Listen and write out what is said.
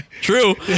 true